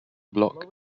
block